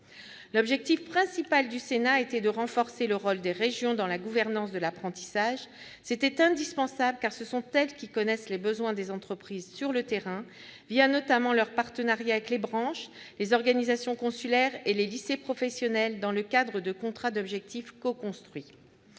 L'objectif principal du Sénat a été de renforcer le rôle des régions dans la gouvernance de l'apprentissage. C'était indispensable, car ce sont elles qui connaissent les besoins des entreprises sur le terrain, notamment leur partenariat avec les branches, les organisations consulaires et les lycées professionnels dans le cadre de contrats d'objectifs coconstruits.